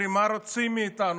אומרים: מה רוצים מאיתנו?